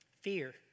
Fear